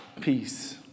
Peace